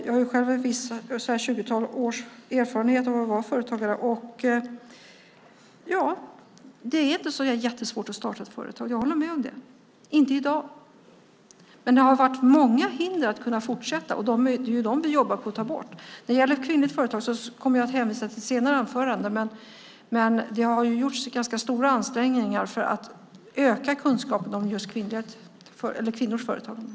Jag har själv ett tjugotal års erfarenhet av att vara företagare. Det är inte jättesvårt att starta ett företag. Jag håller med om det. Det är det inte i dag, men det har varit många hinder för att kunna fortsätta. Det är de vi jobbar på att ta bort. När det gäller kvinnligt företagande kommer jag att hänvisa till ett senare anförande, men det har gjorts ganska stora ansträngningar för att öka kunskapen om just kvinnors företagande.